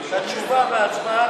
את התשובה וההצבעה,